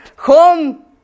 home